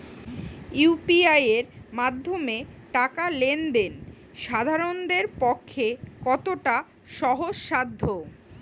UPI এর মাধ্যমে টাকা লেন দেন সাধারনদের পক্ষে কতটা সহজসাধ্য?